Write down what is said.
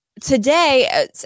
today